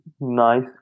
nice